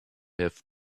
have